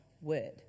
word